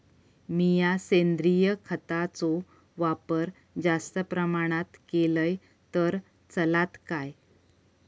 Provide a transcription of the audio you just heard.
मीया सेंद्रिय खताचो वापर जास्त प्रमाणात केलय तर चलात काय?